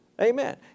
Amen